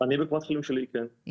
אני בקופת החולים שלי, כן.